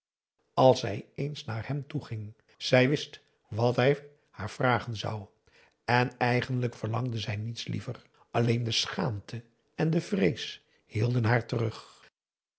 als zij eens naar hem toeging zij wist wat hij haar vragen zou en eigenlijk verlangde zij niets liever alleen de schaamte en de vrees hielden haar terug